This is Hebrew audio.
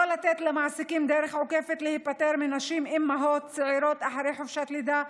לא לתת למעסיקים דרך עוקפת להיפטר מנשים אימהות צעירות אחרי חופשת לידה,